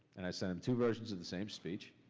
and i sent him two versions of the same speech.